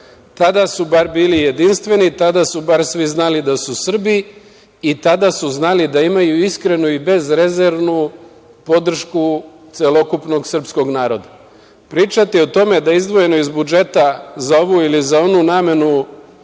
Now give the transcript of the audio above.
Tada su bar bili jedinstveni, tada su bar svi znali da su Srbi i tada su znali da imaju iskrenu i bezrezervnu podršku celokupnog srpskog naroda. Pričati o tome da je izdvojeno iz budžeta za ovu ili za onu namenu